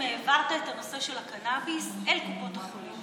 שהעברת את הנושא של הקנביס אל קופות החולים,